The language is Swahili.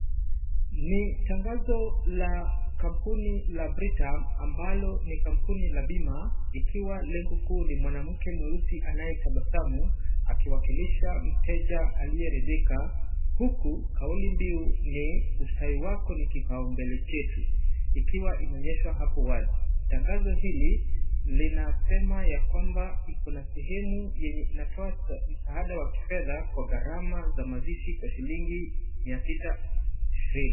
Ni tangazo la kampuni la Britam ambalo ni kampuni la bima ikiwa lengo kuu ni mwanamke mweusi anayetabasamu akiwakilisha mteja aliyeridhika huku kauli mbiu ni ustawi wako ni kipao mbele chetu ikiwa imeonyeshwa hapo wazi. Tangazo hili linasema ya kwamba ikona sehemu yenye inatoa msaada wa kifedha kwa gharama za mazishi kwa shilingi mia sita ishirini.